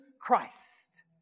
Christ